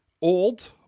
old